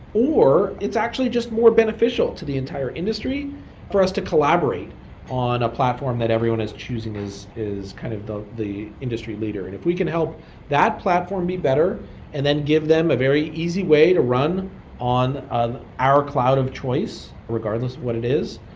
or it's actually just more beneficial to the entire industry for us to collaborate on a platform that everyone is choosing is is kind of the the industry leader. and if we can help that platform be better and then give them a very easy way to run on our cloud of choice, regardless of what it is,